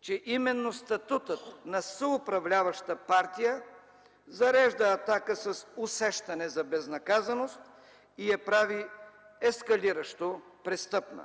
че именно статутът на съуправляваща партия зарежда „Атака” с усещане за безнаказаност и я прави ескалиращо престъпна.